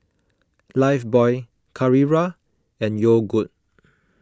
Lifebuoy Carrera and Yogood